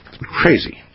Crazy